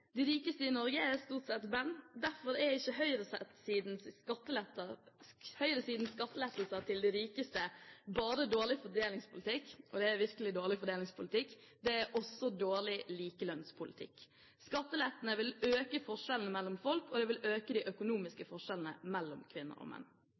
De rikeste i Norge er stort sett menn. Derfor er ikke høyresidens skattelettelser til de rikeste bare dårlig fordelingspolitikk – og det er virkelig dårlig fordelingspolitikk – det er også dårlig likelønnspolitikk. Skattelettene vil øke forskjellene mellom folk, og det vil øke de